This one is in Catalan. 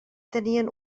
tenien